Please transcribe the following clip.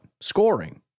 Scoring